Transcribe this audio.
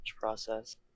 process